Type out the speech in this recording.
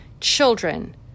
children